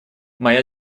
моя